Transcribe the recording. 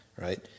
right